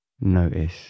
Notice